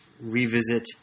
revisit